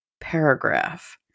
paragraph